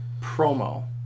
promo